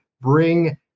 bring